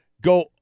go